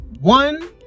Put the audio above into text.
One